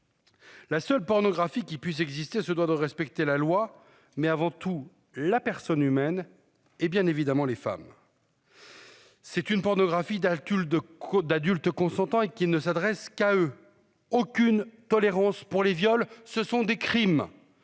La seule pornographie qui puisse exister, se doit de respecter la loi mais avant tout la personne humaine et bien évidemment les femmes. C'est une pornographie Tulle de Côte d'adultes consentants et qui ne s'adresse qu'à eux. Aucune tolérance pour les viols. Ce sont des crimes